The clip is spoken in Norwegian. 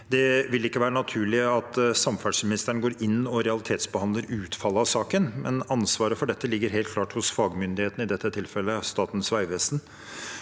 Det vil ikke være naturlig at samferdselsministeren går inn og realitetsbehandler utfallet av saken. Ansvaret for dette ligger helt klart hos fagmyndighetene, i dette tilfellet Statens vegvesen,